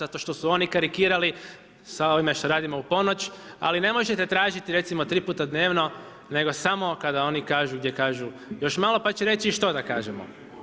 Zato što su oni karikirali sa ovime što radimo u ponoć, ali ne možete tražiti recimo tri puta dnevno, nego samo kada oni kažu, gdje kažu još malo pa će reći i što da kažemo.